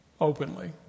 openly